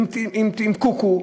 עם קוקו,